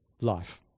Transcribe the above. life